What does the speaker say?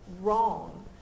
wrong